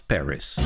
Paris